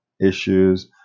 issues